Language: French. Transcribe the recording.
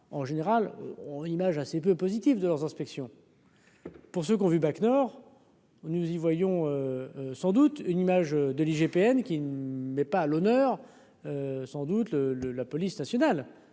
en général on image assez peu positif de leurs inspections. Pour ceux qui ont vu Bac Nord nous y voyons sans doute une image de l'IGPN qui n'est pas à l'honneur, sans doute le le la police nationale